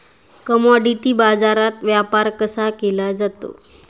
Commodity बाजारात व्यापार कसा केला जातो?